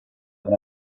have